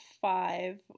five